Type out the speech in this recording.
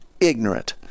ignorant